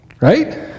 right